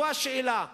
זו השאלה.